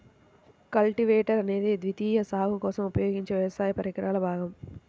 cultivator అనేది ద్వితీయ సాగు కోసం ఉపయోగించే వ్యవసాయ పరికరాల భాగం